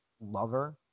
lover